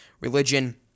religion